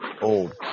old